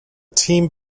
team